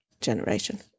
generation